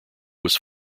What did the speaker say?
was